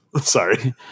Sorry